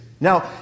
Now